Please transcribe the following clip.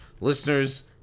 listeners